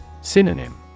Synonym